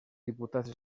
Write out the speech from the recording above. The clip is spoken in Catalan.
diputats